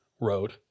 road